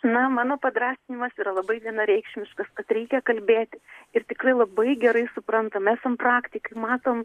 na mano padrąsinimas yra labai vienareikšmiškas kad reikia kalbėtis ir tikrai labai gerai suprantam esam praktikai matom